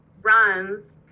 runs